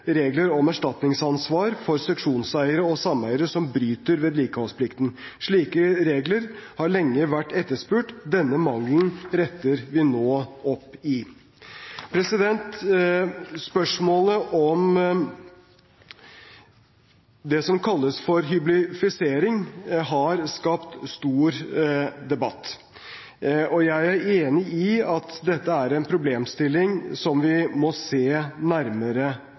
regler om erstatningsansvar for seksjonseiere og sameiere som bryter vedlikeholdsplikten. Slike regler har lenge vært etterspurt. Denne mangelen retter vi nå opp i. Spørsmålet om det som kalles hyblifisering, har skapt stor debatt. Jeg er enig i at dette er en problemstilling som vi må se nærmere